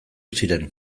ziren